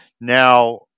Now